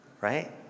right